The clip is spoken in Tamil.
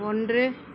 ஒன்று